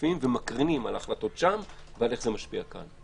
שקופים ומקרינים על ההחלטות שם ואיך זה משפיע כאן.